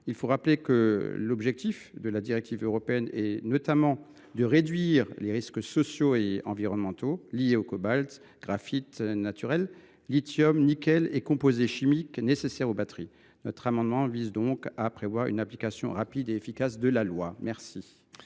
Je le rappelle, l’objectif de la directive européenne est de réduire les risques sociaux et environnementaux liés au cobalt, au graphite naturel, au lithium, au nickel et aux composés chimiques nécessaires aux batteries. Le présent amendement vise donc à prévoir une application rapide et efficace de la loi. Quel